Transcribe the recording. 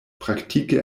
praktike